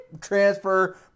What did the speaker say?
transfer